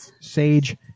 sage